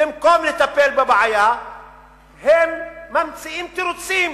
ובמקום לטפל בבעיה הם ממציאים תירוצים,